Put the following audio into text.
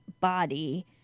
body